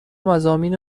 مضامین